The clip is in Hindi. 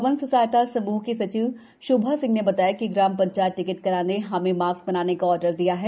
वन स्व सहायता समूह की सचिव शोभा सिंह ने बताया कि ग्राम ंचायत टिकट कला ने हमे मास्क बनाने का ऑर्डर दिया है